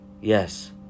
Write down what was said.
Yes